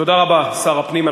תודה רבה לשר הפנים.